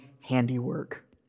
handiwork